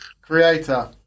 Creator